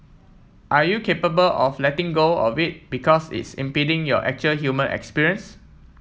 are you capable of letting go of it because it's impeding your actual human experience